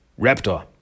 raptor